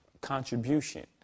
contribution